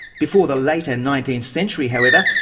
before the later nineteenth century however,